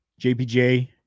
JPJ